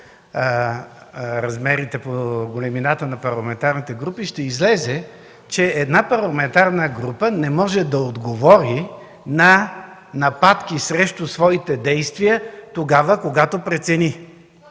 размерите, по големината на парламентарните групи, ще излезе, че една парламентарна група не може да отговори на нападки срещу своите действия тогава, когато прецени.